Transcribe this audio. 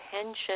attention